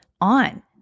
on